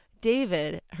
David